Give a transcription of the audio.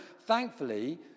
thankfully